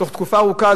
תוך תקופה ארוכה,